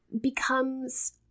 becomes